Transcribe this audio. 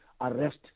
arrest